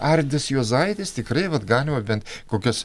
arvydas juozaitis tikrai vat galima bent kokias